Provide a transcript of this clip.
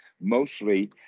Mostly